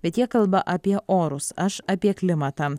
bet jie kalba apie orus aš apie klimatą